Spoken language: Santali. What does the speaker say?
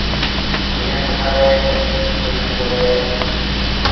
ᱤᱧᱟᱹᱜ ᱴᱚᱴᱷᱟᱨᱮ ᱥᱩᱨᱼᱥᱩᱯᱩᱨ ᱨᱮ